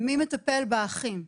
על הפסיכולוגים, על הרופאים,